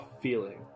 feeling